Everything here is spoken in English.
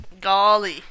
golly